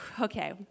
Okay